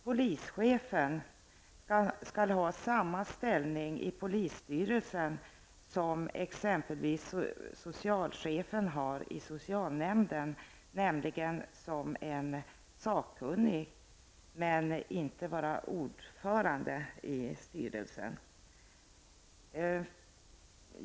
Polischefen skall ha samma ställning i polisstyrelsen som t.ex. socialchefen har i socialnämnden, nämligen som en sakkunnig men inte ordförande i styrelsen.